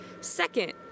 Second